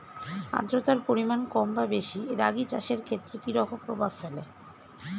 আদ্রতার পরিমাণ কম বা বেশি রাগী চাষের ক্ষেত্রে কি রকম প্রভাব ফেলে?